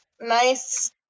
nice